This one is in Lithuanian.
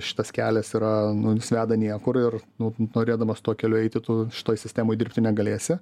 šitas kelias yra nu jis veda niekur ir nu norėdamas tuo keliu eiti tu šitoj sistemoj dirbti negalėsi